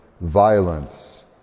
violence